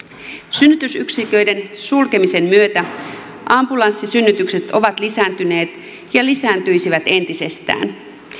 synnytysyksiköiden sulkemisen myötä ambulanssisynnytykset ovat lisääntyneet ja lisääntyisivät entisestään